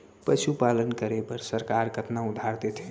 पशुपालन करे बर सरकार कतना उधार देथे?